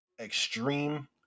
extreme